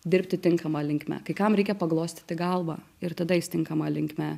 dirbti tinkama linkme kai kam reikia paglostyti galvą ir tada jis tinkama linkme